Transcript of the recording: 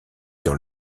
dans